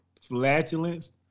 Flatulence